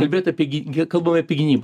kalbėt apie gi gi kalbame apie gynybą